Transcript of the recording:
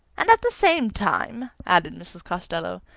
and at the same time, added mrs. costello,